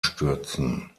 stürzen